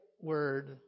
Word